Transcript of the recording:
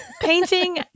Painting